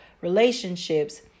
relationships